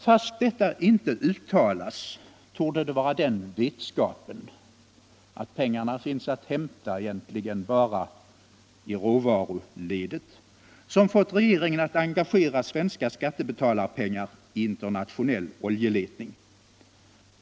Fastän detta inte uttalas torde det vara den vetskapen, alltså att pengarna finns att hämta egentligen bara i råvaruledet, som har fått regeringen att engagera svenska skattebetalarpengar i internationell oljeletning.